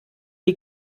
die